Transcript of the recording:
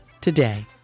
today